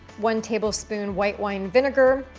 one tablespoon white wine vinegar,